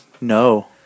No